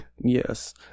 Yes